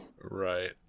Right